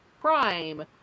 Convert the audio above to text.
Prime